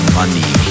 money